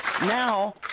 now